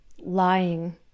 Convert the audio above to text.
lying